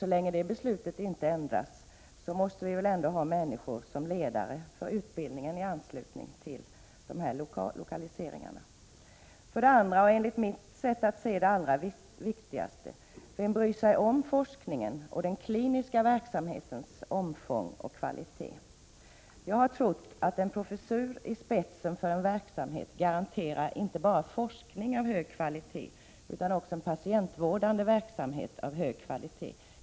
Så länge detta beslut inte ändras måste vi väl ändå ha människor som ledare för utbildningen i anslutning till lokaliseringen. För det andra, och det är enligt mitt sätt att se det allra viktigaste, kan man fråga vem som bryr sig om forskningen och den kliniska verksamhetens omfång och kvalitet. Jag har trott att en professur i spetsen för en verksamhet garanterar inte bara forskning av hög kvalitet utan också en patientvårdande verksamhet av hög kvalitet.